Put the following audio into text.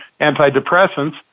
antidepressants